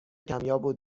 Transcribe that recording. کمیاب